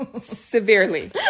severely